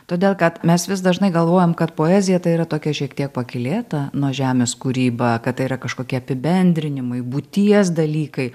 todėl kad mes vis dažnai galvojam kad poezija tai yra tokia šiek tiek pakylėta nuo žemės kūryba kad tai yra kažkokie apibendrinimai būties dalykai